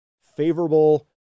favorable